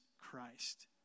Christ